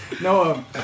No